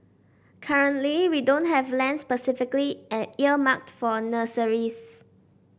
currently we don't have land specifically an earmarked for nurseries